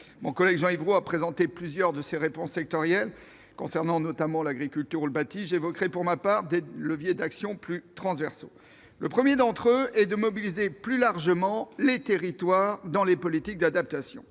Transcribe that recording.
Mon collègue Jean-Yves Roux a présenté plusieurs réponses sectorielles, concernant notamment l'agriculture ou le bâti. J'évoquerai pour ma part des leviers d'action plus transversaux. Le premier d'entre eux est une mobilisation plus large des territoires dans les politiques d'adaptation.